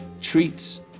treats